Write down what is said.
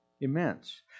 Immense